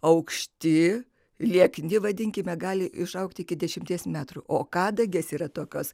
aukšti liekni vadinkime gali išaugti iki dešimties metrų o kadagės yra tokios